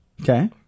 Okay